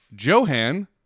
Johan